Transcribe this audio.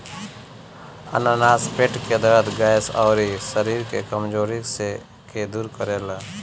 अनानास पेट के दरद, गैस, अउरी शरीर के कमज़ोरी के दूर करेला